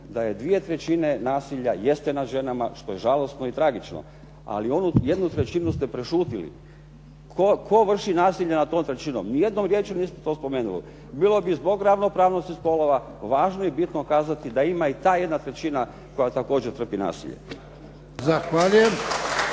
da je dvije trećine nasilja jeste nad ženama što je žalosno i tragično, ali onu jednu trećinu ste prešutili. Tko vrši nasilje nad tom trećinom. Ni jednom rječju niste to spomenuli. Bilo bi zbog ravnopravnosti spolova važno i bitno kazati da ima i ta jedna trećina koja također trpi nasilje. **Jarnjak,